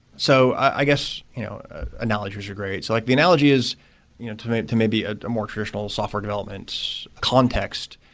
so i guess analogies are great. so like the analogy is you know to may to may be a more traditional software development context.